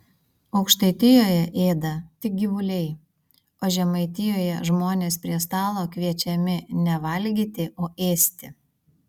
aukštaitijoje ėda tik gyvuliai o žemaitijoje žmonės prie stalo kviečiami ne valgyti o ėsti